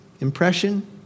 impression